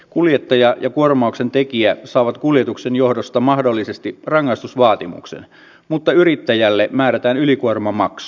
kuljettaja ja kuormauksen tekijä saavat kuljetuksen johdosta mahdollisesti rangaistusvaatimuksen mutta yrittäjälle määrätään ylikuormamaksu